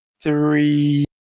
three